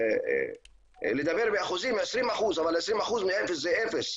לדבר באחוזים, 20% מאפס זה אפס.